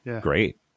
great